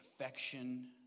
affection